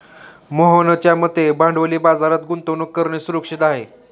मोहनच्या मते भांडवली बाजारात गुंतवणूक करणं सुरक्षित आहे